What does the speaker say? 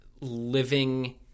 living